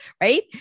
right